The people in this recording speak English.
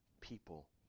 people